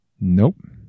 Nope